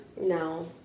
No